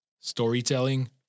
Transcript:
storytelling